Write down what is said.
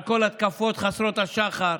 על כל ההתקפות חסרות השחר,